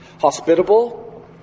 hospitable